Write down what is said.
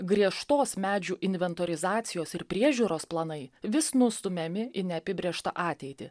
griežtos medžių inventorizacijos ir priežiūros planai vis nustumiami į neapibrėžtą ateitį